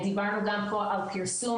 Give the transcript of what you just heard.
דיברנו גם על פרסום,